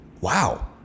Wow